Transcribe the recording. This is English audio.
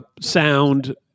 sound